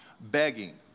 begging